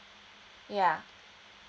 yeah